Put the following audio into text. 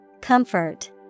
Comfort